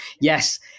Yes